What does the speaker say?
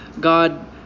God